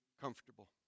comfortable